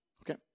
Okay